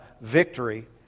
victory